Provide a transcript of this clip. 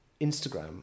instagram